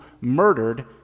murdered